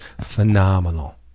phenomenal